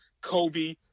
Kobe